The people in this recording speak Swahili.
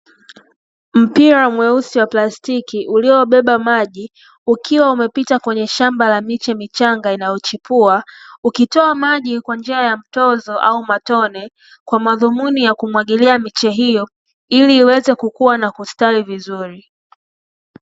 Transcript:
Mpira mweusi wa plastiki uliobeba maji ukiwa umepita kwenye shamba la miche michanga inayochipua, ukitoa maji kwa njia ya mtozo au matone kwa madhumuni ya kumwagilia miche hiyo ili iweze kukua na kustawi vizuri